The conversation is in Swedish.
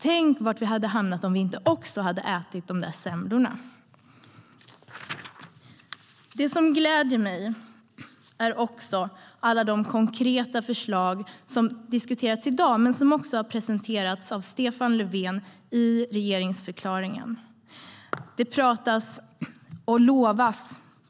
Tänk var vi hade hamnat om vi inte också hade ätit de där semlorna! Något som gläder mig är alla de konkreta förslag som har diskuterats i dag och som även presenterades av Stefan Löfven i regeringsförklaringen. Det pratas, och det lovas.